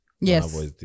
Yes